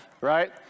right